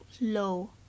low